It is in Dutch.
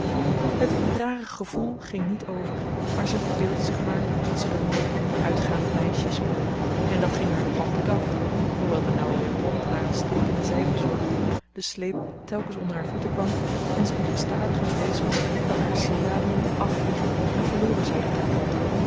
het rare gevoel ging niet over maar ze verbeeldde zich maar dat ze de rol van uitgaand meisje speelde en dat ging haar nog al goed af hoewel de nauwe japon haar een steek in de zij bezorgde de sleep telkens onder haar voeten kwam en ze in gestadige vrees was dat haar sieradiën afvliegen en verloren zouden raken